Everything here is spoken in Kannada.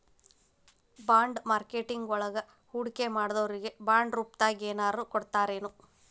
ಬಾಂಡ್ ಮಾರ್ಕೆಟಿಂಗ್ ವಳಗ ಹೂಡ್ಕಿಮಾಡ್ದೊರಿಗೆ ಬಾಂಡ್ರೂಪ್ದಾಗೆನರ ಕೊಡ್ತರೆನು?